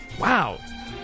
wow